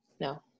No